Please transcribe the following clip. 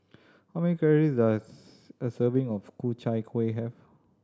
how many calories does a serving of Ku Chai Kuih have